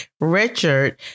Richard